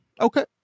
Okay